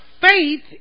faith